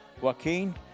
Joaquin